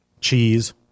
Cheese